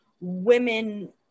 women